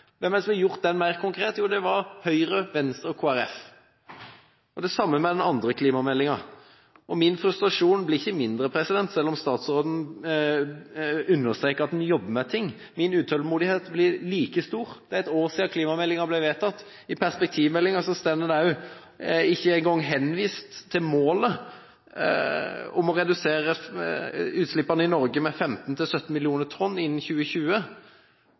Hvem var det som gjorde den første klimameldingen – der du kunne oppsummert tiltakene på en post-it-lapp – mer konkret? Jo, det var Høyre, Venstre og Kristelig Folkeparti. Og det samme gjelder den andre klimameldingen. Min frustrasjon blir ikke mindre selv om statsråden understreker at man jobber med ting. Min utålmodighet er like stor. Det er ett år siden klimameldingen ble vedtatt. I perspektivmeldingen er det ikke engang henvist til målet om å redusere utslippene i Norge med 15–17 millioner tonn CO2-ekvivalenter innen 2020,